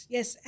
Yes